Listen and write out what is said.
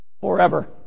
forever